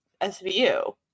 SVU